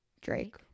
Drake